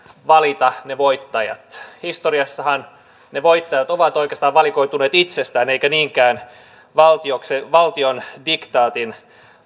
valita ne voittajat historiassahan ne voittajat ovat oikeastaan valikoituneet itsestään eivätkä niinkään valtion valtion diktaatin